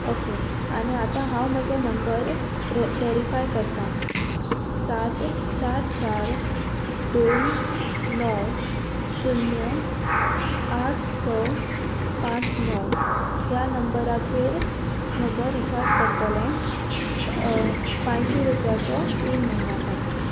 okay आनी आतां हांव म्हजो नंबर र वेरीफाय करता सात चार चार दोन णव शुन्य आठ स पांच णव ह्या नंबराचेर म्हजो रिचार्ज करतले पांयशी रुपयाचो तीन म्हयन्या खातीर